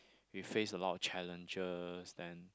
we face a lot of challenges then